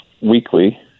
weekly